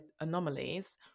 anomalies